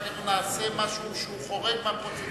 ואחר כך נעשה משהו שהוא חורג מהפרוצדורה,